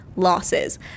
losses